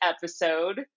episode